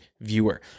viewer